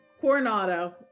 Coronado